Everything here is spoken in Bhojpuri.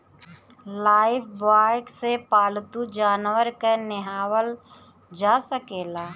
लाइफब्वाय से पाल्तू जानवर के नेहावल जा सकेला